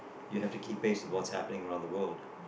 you have to keep pace with what's happening around the world